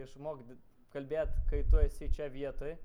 išmokt kalbėt kai tu esi čia vietoj